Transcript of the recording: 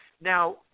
Now